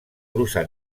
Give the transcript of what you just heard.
brusa